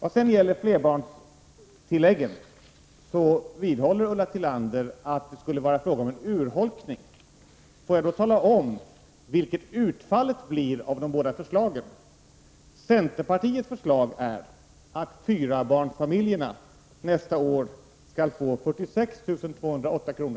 Vad sedan gäller flerbarnstilläggen vidhåller Ulla Tillander att vårt förslag skulle innebära en urholkning. Får jag då tala om hur utfallet blir av de båda förslagen. Centerpartiets förslag är att fyrabarnsfamiljerna nästa år skall få 46 208 kr.